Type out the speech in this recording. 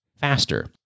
faster